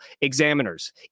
examiners